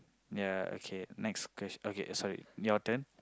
ya okay next question okay sorry your turn